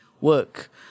work